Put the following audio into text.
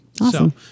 awesome